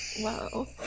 Wow